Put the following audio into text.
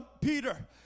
Peter